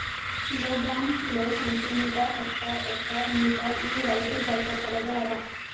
kilogram, kilo, centimetre, hectare, acre, metre ಇವು ರೈತುರ್ ಬಳಸ ಪದಗೊಳ್ ಅವಾ